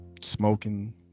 smoking